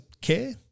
care